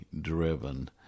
driven